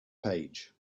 page